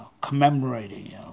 commemorating